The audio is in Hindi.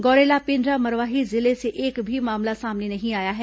गौरेला पेण्ड्रा मरवाही जिले से एक भी मामला सामने नहीं आया है